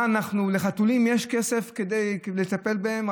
לחתולים יש כסף כדי לטפל בהם,